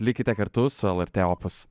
likite kartu su lrt opus